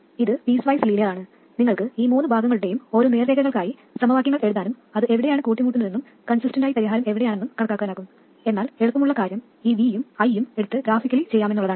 ഇത് piecewise linear ആണ് നിങ്ങൾക്ക് ഈ മൂന്ന് ഭാഗങ്ങളുടെയും ഓരോ നേർരേഖകൾക്കായി സമവാക്യങ്ങൾ എഴുതാനും അത് എവിടെയാണ് കൂട്ടിമുട്ടുന്നതെന്നും കൺസിസ്റ്റന്റ് ആയി പരിഹാരം എവിടെയാണെന്നും കാണാനാകും എന്നാൽ എളുപ്പമുള്ള കാര്യം ഈ V യും I യും എടുത്ത് ഗ്രാഫിക്കലി ചെയ്യുന്നതാണ്